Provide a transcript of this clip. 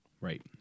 Right